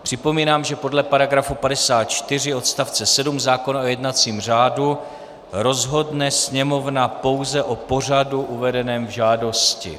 Připomínám, že podle § 54 odst. 7 zákona o jednacím řádu rozhodne Sněmovna pouze o pořadu uvedeném v žádosti.